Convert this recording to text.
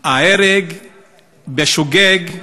ההרג בשוגג,